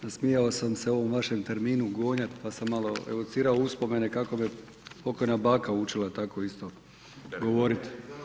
Nasmijao sam se ovom vašem terminu gonjat, pa sam malo evocirao uspomene kako me pokojna baka učila, tako isto govorit.